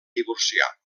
divorciar